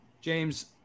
James